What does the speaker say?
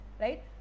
right